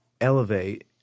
elevate